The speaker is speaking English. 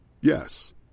Yes